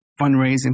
fundraising